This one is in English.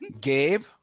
Gabe